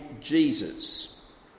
Jesus